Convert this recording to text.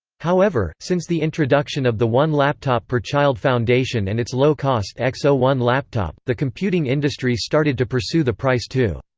however, since the introduction of the one laptop per child foundation and its low-cost xo like so one laptop, the computing industry started to pursue the price too.